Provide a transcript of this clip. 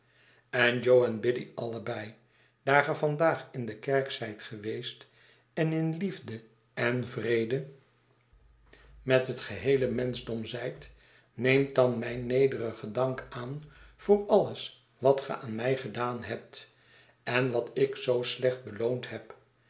en jo en biddy allebei daar ge vandaag in de kerk zijt geweest en in liefde en vrede menschdom zijt neemt dan mijn nederigen dank aan voor alles wat ge aan mij gedaan hebt en wat ik zoo slecht beloond heb